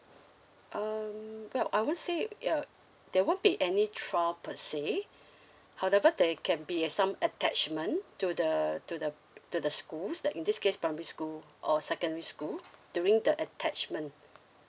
um well I won't say err uh there won't be any trial per say however there can be uh some attachment to the to the to the schools like in this case primary school or secondary school during the attachment